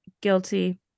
Guilty